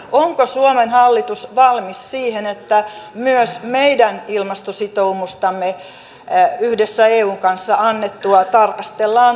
onko suomen hallitus valmis siihen että myös meidän ilmastositoumustamme yhdessä eun kanssa annettua tarkastellaan piankin